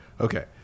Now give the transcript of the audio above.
Okay